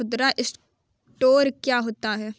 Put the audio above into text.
खुदरा स्टोर क्या होता है?